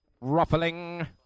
Ruffling